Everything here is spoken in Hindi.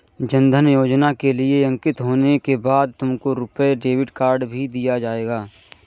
जन धन योजना के लिए अंकित होने के बाद तुमको रुपे डेबिट कार्ड भी दिया जाएगा